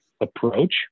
approach